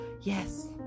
yes